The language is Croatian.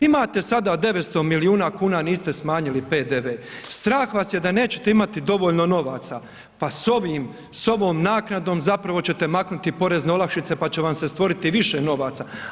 Imate sada 900 milijuna kuna niste smanjili PDV, strah vas je da nećete imati dovoljno novaca, pa s ovom naknadom ćete zapravo maknuti porezne olakšice pa će vam se stvoriti više novaca.